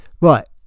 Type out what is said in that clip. right